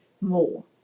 more